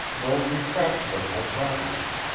no retraction of my promises.